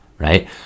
Right